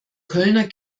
kölner